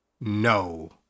No